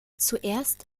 zuerst